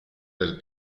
del